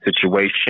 situation